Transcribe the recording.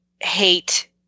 hate